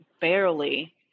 barely